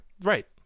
Right